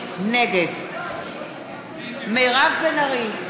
נגד מירב בן ארי,